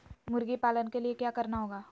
मुर्गी पालन के लिए क्या करना होगा?